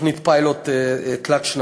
תוכנית פיילוט תלת-שנתית,